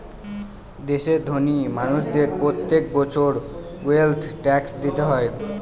দেশের ধোনি মানুষদের প্রত্যেক বছর ওয়েলথ ট্যাক্স দিতে হয়